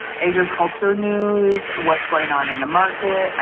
agriculture news, what's going on in the market.